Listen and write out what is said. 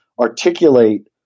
articulate